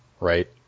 right